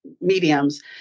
mediums